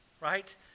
right